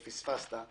פספסת,